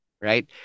right